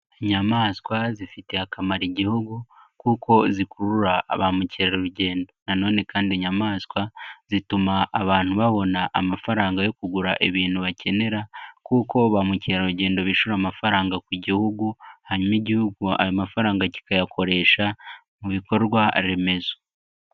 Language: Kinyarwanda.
Inyamaswa zifitiye akamaro Igihugu kuko zikurura bamukerarugendo. Na none kandi inyamaswa zituma abantu babona amafaranga yo kugura ibintu bakenera kuko ba mukerarugendo bishyura amafaranga ku gihugu, hanyuma Igihugu ayo mafaranga kikayakoresha mu bikorwaremezo.